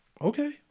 Okay